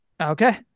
Okay